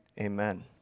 Amen